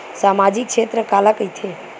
सामजिक क्षेत्र काला कइथे?